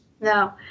No